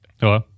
Hello